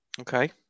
okay